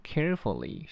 Carefully